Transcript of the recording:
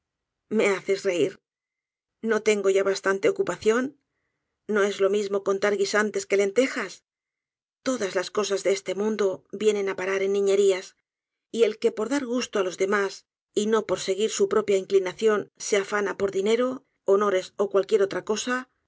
me haces reir no tengo ya bastante ocupación no es lo mismo contar guisantes que lentejas todas las cosas de este mundo vienen á parar en niñerías y el que por dar gusto á los demás y no por seguir su propia inclinación se afana por dinero honores ó cualquiera otra cosa